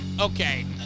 Okay